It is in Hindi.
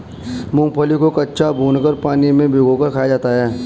मूंगफली को कच्चा, भूनकर, पानी में भिगोकर खाया जाता है